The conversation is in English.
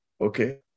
okay